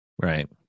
right